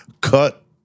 cut